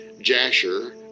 Jasher